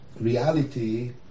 reality